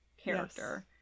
character